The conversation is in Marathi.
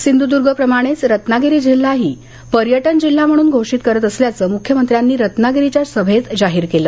सिंध्द्गप्रमाणेच रत्नागिरी जिल्हाही पर्यटन जिल्हा म्हणून घोषित करत असल्याचं मुख्यमंत्र्यांनी रत्नागिरीच्या सभेत जाहीर केलं